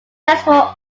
festival